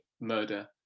murder